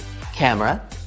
CAMERA